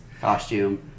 costume